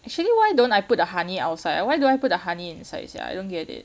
actually why don't I put the honey outside ah why do I put the honey inside sia I don't get it